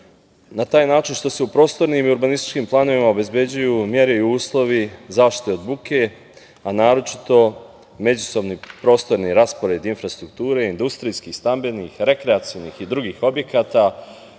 na taj način što se u prostornim i urbanističkim planovima obezbeđuju mere i uslovi zaštite od buke a naročito međusobni prostorni raspored infrastrukture, industrijskih, stambenih, rekreacionih i drugih objekata,